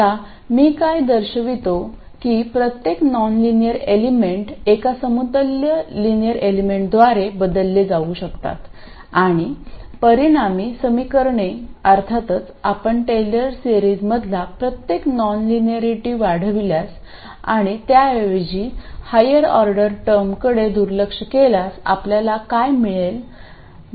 आता मी काय दर्शवितो की प्रत्येक नॉनलिनियर एलिमेंट एका समतुल्य लिनियर एलिमेंटद्वारे बदलले जाऊ शकतात आणि परिणामी समीकरणे अर्थातच आपण टेलर सेरीजमधील प्रत्येक नॉनलिनॅरिटी वाढविल्यास आणि त्याऐवजी हायर ऑर्डर टर्मकडे दुर्लक्ष केल्यास आपल्याला काय मिळेल यासारखेच असेल